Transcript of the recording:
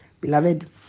beloved